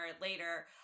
later